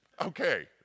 okay